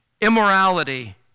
immorality